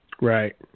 Right